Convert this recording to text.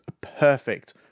perfect